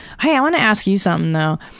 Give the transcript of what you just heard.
i ah wanna ask you something though.